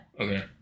Okay